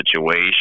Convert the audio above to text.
situation